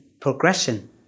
progression